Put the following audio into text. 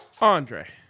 Andre